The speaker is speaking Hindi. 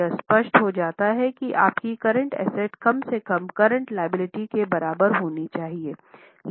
यह स्पष्ट हो जाता है कि आपकी करंट एसेट कम से कम करंट लायबिलिटी के बराबर होनी चाहिए